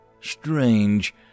Strange